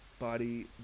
body